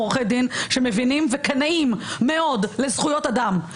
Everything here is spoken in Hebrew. עורכי דין שמבינים וקנאים מאוד לזכויות אדם.